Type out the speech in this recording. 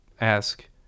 ask